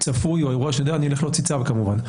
צפוי, אני אלך להוציא צו כמובן.